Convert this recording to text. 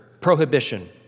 prohibition